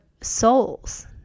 souls